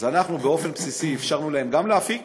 אז אנחנו באופן בסיסי אפשרנו להם גם להפיק